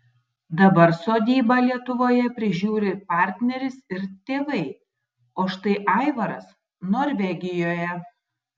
dabar sodybą lietuvoje prižiūri partneris ir tėvai o štai aivaras norvegijoje